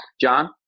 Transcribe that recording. John